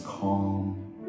calm